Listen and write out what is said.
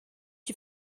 you